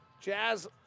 Jazz